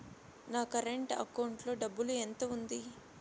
నా current account లో డబ్బులు ఎంత ఉంది?